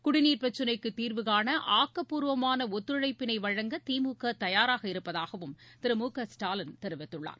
குடிநீர் பிரச்சனைக்கு தீர்வுகாண ஆக்கப்பூர்வமான ஒத்துழைப்பினை வழங்க திமுக தயாராக இருப்பதாகவும் திரு மு க ஸ்டாலின் தெரிவித்துள்ளார்